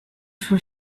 for